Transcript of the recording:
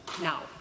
Now